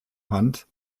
hand